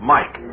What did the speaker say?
Mike